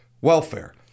welfare